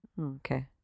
Okay